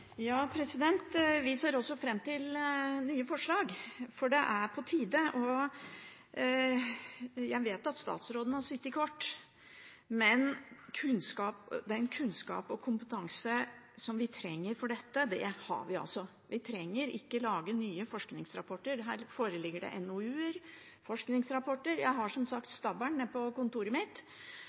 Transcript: på tide. Jeg vet at statsråden har sittet kort tid, men den kunnskapen og kompetansen vi trenger til dette, har vi. Vi trenger ikke nye forskningsrapporter. Her foreligger det NOU-er og forskningsrapporter. Jeg har som sagt stabelen nede på kontoret mitt.